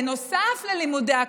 בנוסף ללימודי הקודש,